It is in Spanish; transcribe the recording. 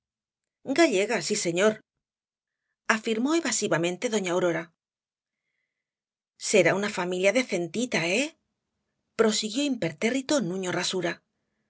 gallega gallega sí señor afirmó evasivamente doña aurora será una familia decentita eh prosiguió el impertérrito nuño rasura